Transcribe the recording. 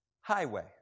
highway